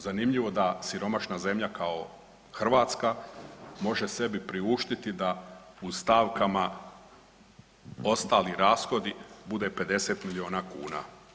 Zanimljivo da siromašna zemlja kao Hrvatska može sebi priuštiti da u stavkama „ostali rashodi“ bude 50 milijuna kuna.